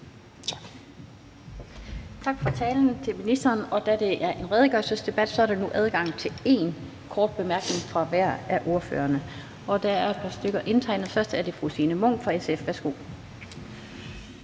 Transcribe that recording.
for talen. Og da det er en redegørelsesdebat, er der nu adgang til én kort bemærkning fra hver af ordførerne. Der er et par stykker indtegnet, og først er det fru Signe Munk fra SF. Værsgo.